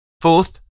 Fourth